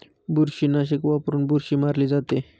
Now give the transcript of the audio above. बुरशीनाशक वापरून बुरशी मारली जाते